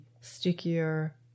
stickier